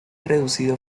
reducido